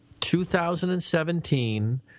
2017